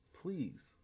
please